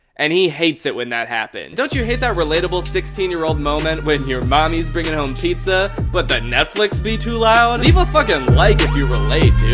and he hates it when that happens. don't you hate that relatable sixteen year old moment when your mommy's bringing home pizza but the netflix be too loud? leave a fucking like if you relate dude.